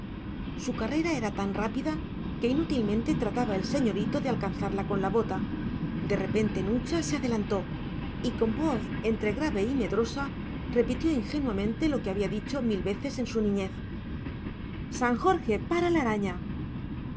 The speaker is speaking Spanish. su carrera era tan rápida que inútilmente trataba el señorito de alcanzarla con la bota de repente nucha se adelantó y con voz entre grave y medrosa repitió ingenuamente lo que había dicho mil veces en su niñez san jorge para la araña